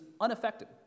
unaffected